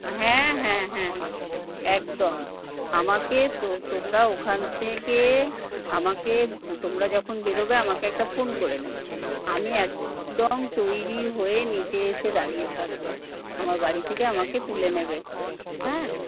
হ্যাঁ হ্যাঁ হ্যাঁ একদম আমাকে তো তোমরা ওখান থেকে আমাকে তোমরা যখন বেরোবে আমাকে একটা ফোন করে নেবে আমি একদম তৈরি হয়ে নিচে এসে দাঁড়িয়ে থাকব আমার বাড়ি থেকে আমাকে তুলে নেবে হ্যাঁ